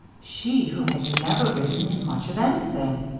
she who had never ridden in much of anything!